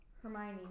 Hermione